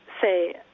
say